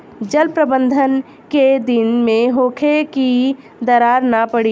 जल प्रबंधन केय दिन में होखे कि दरार न पड़ी?